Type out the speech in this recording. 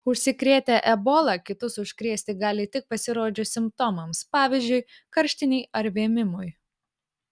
užsikrėtę ebola kitus užkrėsti gali tik pasirodžius simptomams pavyzdžiui karštinei ar vėmimui